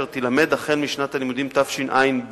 אשר תילמד החל משנת הלימודים תשע"ב.